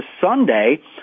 Sunday